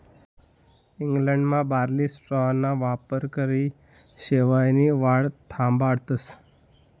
इंग्लंडमा बार्ली स्ट्राॅना वापरकरी शेवायनी वाढ थांबाडतस